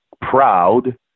proud